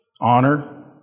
Honor